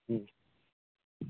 ꯎꯝ